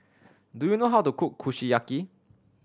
do you know how to cook Kushiyaki